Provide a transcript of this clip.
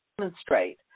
demonstrate